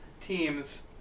teams